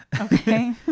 Okay